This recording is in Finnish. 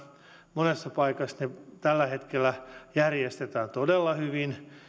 monessa paikassa ne tällä hetkellä järjestetään todella hyvin